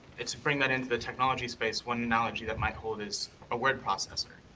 it's bring that into the technology space one analogy that might hold as a word processor.